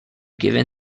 given